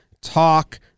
talk